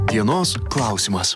dienos klausimas